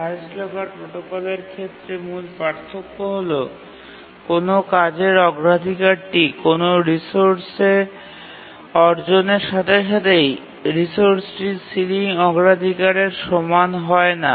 highest locker প্রোটোকলের ক্ষেত্রে মূল পার্থক্য হল কোনও কাজের অগ্রাধিকারটি কোনও রিসোর্স অর্জনের সাথে সাথেই রিসোর্সটির সিলিং অগ্রাধিকারের সমান হয় না